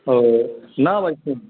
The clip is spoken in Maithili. ओ नहि अयलखिन